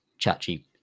ChatGPT